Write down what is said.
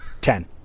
Ten